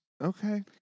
Okay